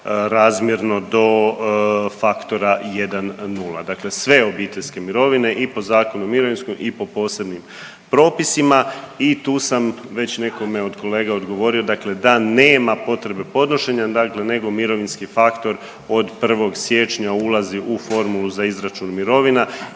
razmjerno do faktora 1,0, dakle sve obiteljske mirovine i po Zakonu o mirovinskom i po posebnim propisima i tu sam već nekome od kolega odgovorio dakle da nema potrebe podnošenja dakle nego mirovinski faktor od 1. siječnja ulazi u formulu za izračun mirovina